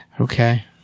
Okay